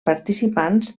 participants